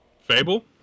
Fable